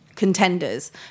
contenders